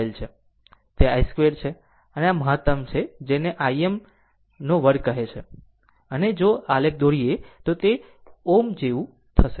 તે i2 છે અને આ મહત્તમ છે જેને Im2 કહે છે અને જો આલેખ દોરીએ તો તે આ Ω જેવું હશે